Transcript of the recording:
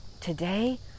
today